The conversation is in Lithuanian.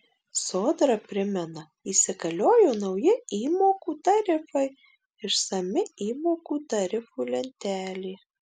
sodra primena įsigaliojo nauji įmokų tarifai išsami įmokų tarifų lentelė